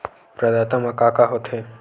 प्रदाता मा का का हो थे?